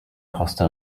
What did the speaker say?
costa